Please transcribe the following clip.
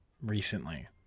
recently